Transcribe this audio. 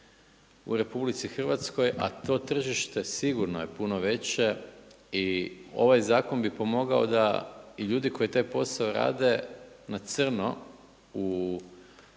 u RH, a to tržište sigurno je puno veće i ovaj zakon bi pomogao da i ljudi koji taj posao rade na crno u